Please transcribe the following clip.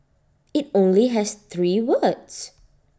IT only has three words